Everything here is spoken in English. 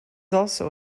also